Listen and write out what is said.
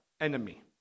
Enemy